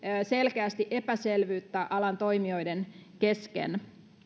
selkeästi epäselvyyttä alan toimijoiden kesken